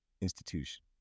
institution